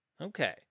Okay